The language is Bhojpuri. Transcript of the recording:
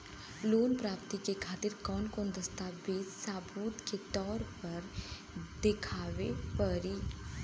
लोन प्राप्ति के खातिर कौन कौन दस्तावेज सबूत के तौर पर देखावे परी?